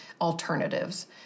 alternatives